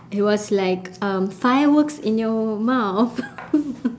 it was like um fireworks in your mouth